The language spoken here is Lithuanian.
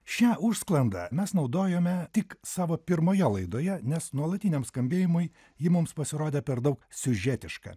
šią užsklandą mes naudojome tik savo pirmoje laidoje nes nuolatiniam skambėjimui ji mums pasirodė per daug siužetiška